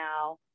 now